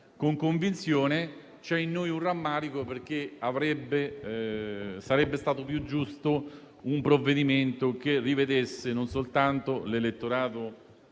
con convinzione, ma c'è in noi un rammarico, perché sarebbe stato più giusto un provvedimento che rivedesse non soltanto le soglie